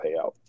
payout